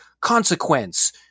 consequence